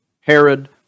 Herod